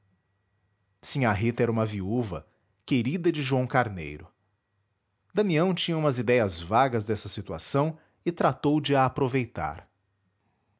assim sinhá rita era uma viúva querida de joão carneiro damião tinha umas idéias vagas dessa situação e tratou de a aproveitar